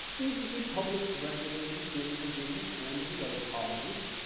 these would be published regularly here in virginia and in the other colonies.